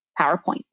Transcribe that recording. PowerPoint